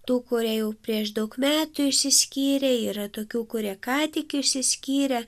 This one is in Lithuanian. tų kurie jau prieš daug metų išsiskyrė yra tokių kurie ką tik išsiskyrė